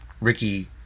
ricky